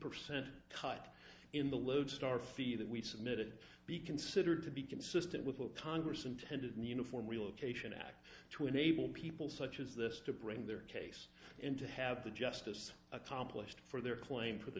percent cut in the lodestar fee that we submitted be considered to be consistent with what congress intended in the uniform relocation act to enable people such as this to bring their case and to have the justice accomplished for their claim for the